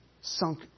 sunk